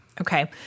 okay